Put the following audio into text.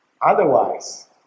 Otherwise